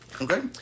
Okay